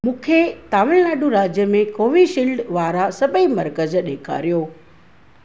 मूंखे तमिलनाडु राज्य में कोविशील्ड वारा सभई मर्कज़ ॾेखारियो